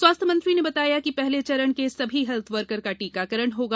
स्वास्थ्य मंत्री ने बताया कि पहले चरण में सभी हेल्थ वर्कर का टीकाकरण होगा